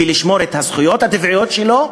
לשמור את הזכויות הטבעיות שלו,